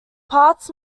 parts